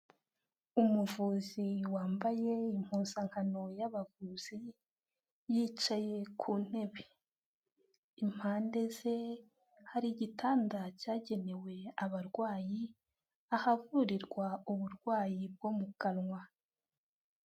Umuvuzi wambaye impuzankano y'abavuzi, yicaye ku ntebe, impande ze hari igitanda cyagenewe abarwayi, ahavurirwa uburwayi bwo mu kanwa.